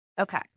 okay